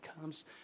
comes